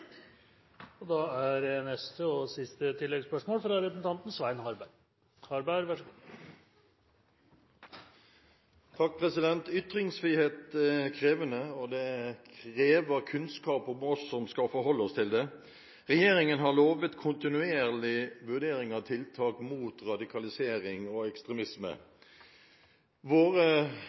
Svein Harberg – til neste og siste oppfølgingsspørsmål. Ytringsfrihet er krevende, og det krever kunnskap av oss som skal forholde oss til det. Regjeringen har lovet kontinuerlig vurdering av tiltak mot radikalisering og ekstremisme. Våre